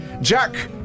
Jack